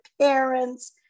parents